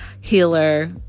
Healer